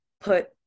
put